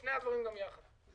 שני הדברים גם יחד.